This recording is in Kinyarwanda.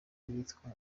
yitwa